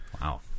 Wow